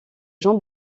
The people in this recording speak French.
jean